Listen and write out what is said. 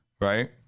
right